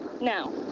Now